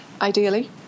ideally